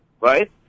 right